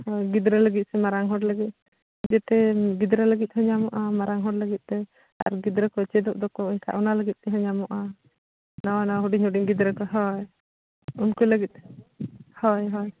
ᱦᱳᱭ ᱜᱤᱫᱽᱨᱟᱹ ᱞᱟᱹᱜᱤᱫ ᱥᱮ ᱢᱟᱨᱟᱝ ᱦᱚᱲ ᱞᱟᱹᱜᱤᱫ ᱡᱚᱛᱚ ᱜᱤᱫᱽᱨᱟᱹ ᱞᱟᱹᱜᱤᱫ ᱦᱚᱸ ᱧᱟᱢᱚᱜᱼᱟ ᱢᱟᱨᱟᱝ ᱦᱚᱲ ᱞᱟᱹᱜᱤᱫᱛᱮ ᱟᱨ ᱜᱤᱫᱽᱨᱟᱹ ᱠᱚ ᱪᱮᱫᱚᱜ ᱫᱚᱠᱚ ᱮᱱᱠᱷᱟᱱ ᱚᱱᱟ ᱞᱟᱹᱜᱤᱫ ᱛᱮᱦᱚᱸ ᱧᱟᱢᱚᱜᱼᱟ ᱱᱟᱣᱟ ᱱᱟᱣᱟ ᱦᱩᱰᱤᱧ ᱦᱩᱰᱤᱧ ᱜᱤᱫᱽᱨᱟᱹ ᱠᱚ ᱦᱳᱭ ᱩᱱᱠᱩ ᱞᱟᱹᱜᱤᱫ ᱦᱳᱭ ᱦᱳᱭ